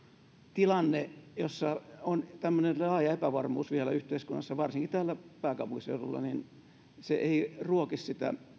tilanne jossa on tämmöinen laaja epävarmuus vielä yhteiskunnassa varsinkin täällä pääkaupunkiseudulla ei ruoki sitä